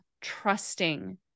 trusting